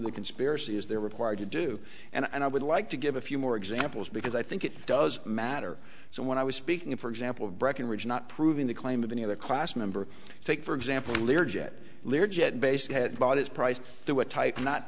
the conspiracy as they're required to do and i would like to give a few more examples because i think it does matter so when i was speaking for example of breckenridge not proving the claim of any other class member take for example learjet learjet basic had bought his price t